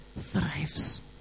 thrives